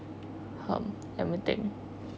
ya matcha cake